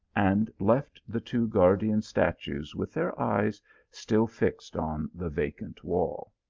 and left the two guardian statues with their eyes still fixed on the vacant wall.